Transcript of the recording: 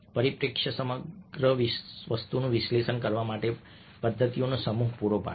પરિપ્રેક્ષ્ય સમગ્ર વસ્તુનું વિશ્લેષણ કરવા માટેની પદ્ધતિઓનો સમૂહ પૂરો પાડે છે